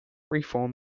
reform